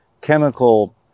chemical